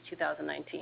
2019